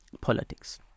politics